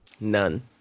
None